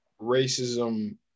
racism